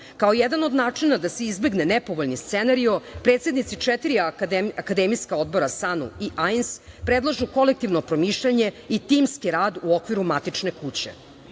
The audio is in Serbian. jedan od načina da se izbegne nepovoljan scenario, predsednici četiri akademijska odbora SANU i AINS predlažu kolektivno promišljanje i timski rad u okviru matične kuće.